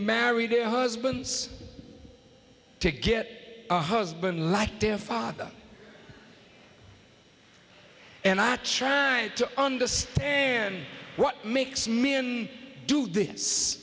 married husbands to get a husband like their father and i trying to understand what makes men do this